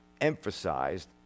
emphasized